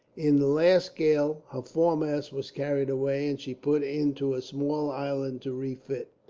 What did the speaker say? in the last gale her foremast was carried away, and she put in to a small island to refit.